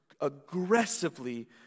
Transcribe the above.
aggressively